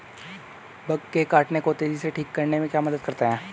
Bug के काटने को तेजी से ठीक करने में क्या मदद करता है?